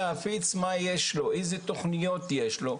איזה תוכניות יש לו.